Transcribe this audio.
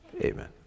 amen